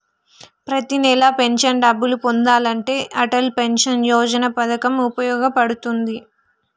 ప్రతి నెలా పెన్షన్ డబ్బులు పొందాలంటే అటల్ పెన్షన్ యోజన పథకం వుపయోగ పడుతుంది